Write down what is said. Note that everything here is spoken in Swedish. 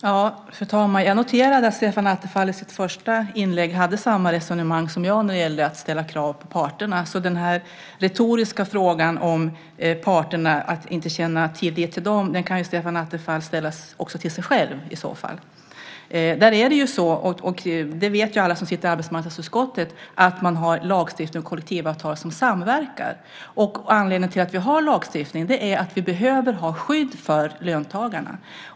Fru talman! Jag noterade att Stefan Attefall i sitt första inlägg förde samma resonemang som jag när det gäller att ställa krav på parterna. Så den här retoriska frågan om att inte känna tillit till parterna kan Stefan Attefall också ställa till sig själv. Alla som sitter i arbetsmarknadsutskottet vet ju att man har lagstiftning och kollektivavtal som samverkar. Anledningen till att vi har en lagstiftning är att vi behöver ha skydd för löntagarna.